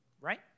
right